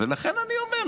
ולכן אני אומר,